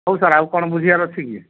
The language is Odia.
ହଉ ସାର୍ ଆଉ କ'ଣ ବୁଝିବାର ଅଛି କି